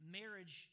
marriage